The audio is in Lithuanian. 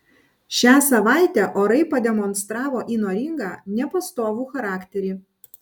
šią savaitę orai pademonstravo įnoringą nepastovų charakterį